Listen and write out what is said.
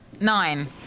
Nine